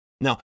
Now